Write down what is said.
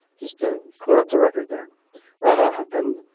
just to clear up the record there and.